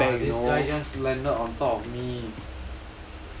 !wah! this guy just landed on top of me